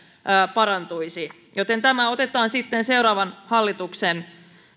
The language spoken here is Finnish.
parantuisi joten tämä otetaan sitten seuraavan hallituksen